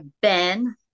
Ben